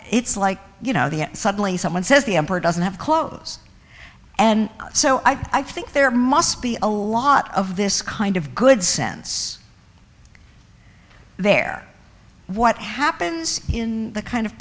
it's like you know the suddenly someone says the emperor doesn't have clothes and so i think there must be a lot of this kind of good sense there what happens in the kind of